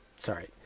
sorry